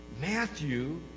Matthew